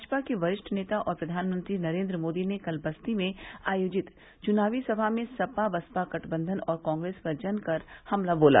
भाजपा के वरिष्ठ नेता और प्रधानमंत्री नरेन्द्र मोदी ने कल बस्ती में आयोजित चुनावी सभा में सपा बसपा गठबंघन और कांग्रेस पर जमकर हमला बोला